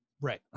Right